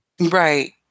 Right